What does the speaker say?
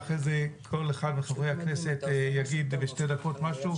ואחרי זה כל אחד מחברי הכנסת יגיד בשתי דקות משהו.